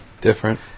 Different